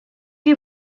you